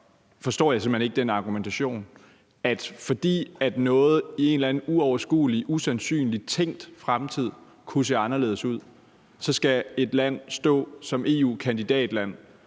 forstår jeg simpelt hen ikke den argumentation, at fordi noget i en eller anden uoverskuelig og usandsynlig tænkt fremtid kunne se anderledes ud, skal et land stå som EU-kandidatland